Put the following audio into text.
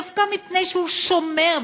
דווקא מפני שהוא שומר,